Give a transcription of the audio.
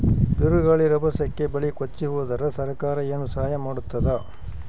ಬಿರುಗಾಳಿ ರಭಸಕ್ಕೆ ಬೆಳೆ ಕೊಚ್ಚಿಹೋದರ ಸರಕಾರ ಏನು ಸಹಾಯ ಮಾಡತ್ತದ?